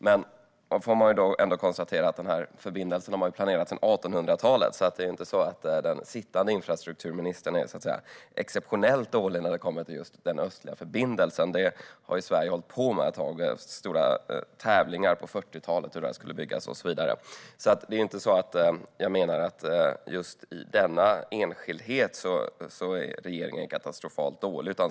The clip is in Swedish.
Men jag får då konstatera att förbindelsen har planerats sedan 1800-talet, så den sittande infrastrukturministern är inte exceptionellt dålig när det gäller den östliga förbindelsen. Frågan har varit med ett tag i Sverige. Det var stora tävlingar på 40-talet om hur förbindelsen skulle byggas och så vidare. Jag menar inte att regeringen i just denna enskildhet är katastrofalt dålig.